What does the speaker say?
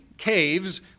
Caves